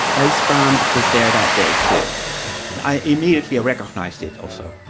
ah ysbrand was there that day too i immediately recognized it also.